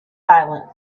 silent